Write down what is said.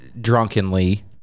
drunkenly